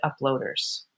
uploaders